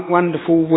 wonderful